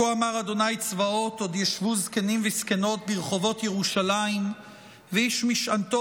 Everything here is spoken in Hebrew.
"כה אמר ה' צבאות עֹד ישבו זקנים וזקנות ברחובות ירושלם ואיש משענתו